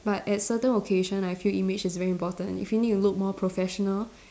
but at certain occasion I feel image is very important if you need to look more professional